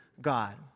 God